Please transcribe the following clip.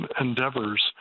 endeavors